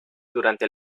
durante